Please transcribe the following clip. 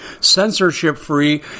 censorship-free